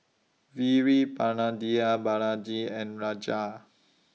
Veerapandiya Balaji and